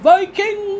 Viking